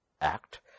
act